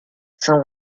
cent